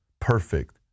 perfect